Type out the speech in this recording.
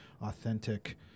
authentic